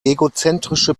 egozentrische